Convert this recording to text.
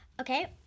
Okay